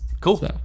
Cool